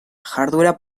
jarduera